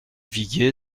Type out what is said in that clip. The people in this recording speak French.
viguier